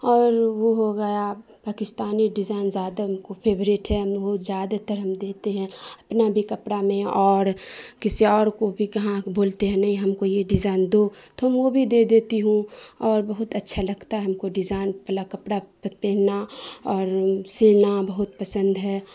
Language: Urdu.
اور وہ ہو گیا پاکستانی ڈیزائن زیادہ ہم کو فیوریٹ ہے ہم وہ زیادہ تر ہم دیتے ہیں اپنا بھی کپڑا میں اور کسی اور کو بھی کہاں بولتے ہیں نہیں ہم کو یہ ڈیزائن دو تو ہم وہ بھی دے دیتی ہوں اور بہت اچھا لگتا ہے ہم کو ڈیزائن والا کپڑا پہننا اور سلنا بہت پسند ہے